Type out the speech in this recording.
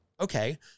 Okay